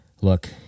Look